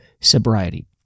sobriety